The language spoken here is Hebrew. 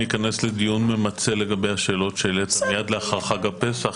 ניכנס לדיון ממצה לגבי השאלות שהעלית מיד לאחר חג הפסח,